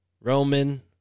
Roman